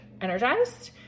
energized